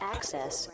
Access